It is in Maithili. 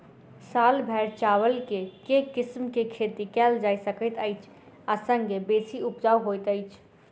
साल भैर चावल केँ के किसिम केँ खेती कैल जाय सकैत अछि आ संगे बेसी उपजाउ होइत अछि?